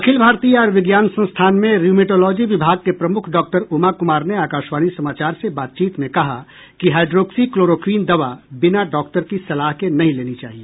अखिल भारतीय आयुर्विज्ञान संस्थान में रयूमेटोलॉजी विभाग के प्रमुख डॉक्टर उमा कुमार ने आकाशवाणी समाचार से बातचीत में कहा कि हाइड्रोक्सीक्लोरोक्वीन दवा बिना डॉक्टर की सलाह के नहीं लेनी चाहिए